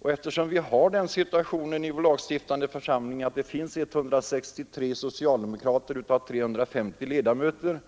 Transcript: Och när situationen i vår lagstiftande församling nu är sådan att 163 av de 350 ledamöterna i kammaren är socialdemokrater,